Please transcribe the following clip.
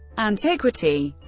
antiquity